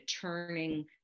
turning